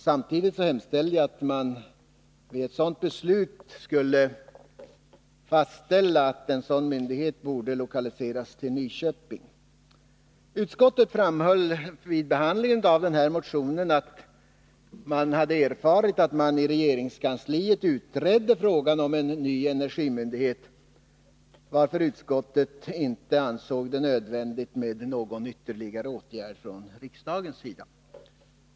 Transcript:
Samtidigt hemställde jag att man vid ett beslut därom skulle fastställa att en sådan myndighet borde lokaliseras till Nyköping. Utskottet framhöll vid behandlingen av motionen att man erfarit att regeringskansliet utredde frågan om en ny energimyndighet, varför utskottet inte ansåg det nödvändigt med någon ytterligare åtgärd från riksdagens sida.